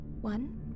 One